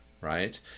Right